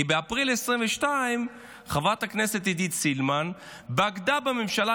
כי באפריל 2022 חברת הכנסת עידית סילמן בגדה בממשלה